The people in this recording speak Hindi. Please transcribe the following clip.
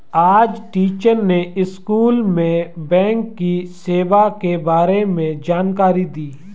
आज टीचर ने स्कूल में बैंक की सेवा के बारे में जानकारी दी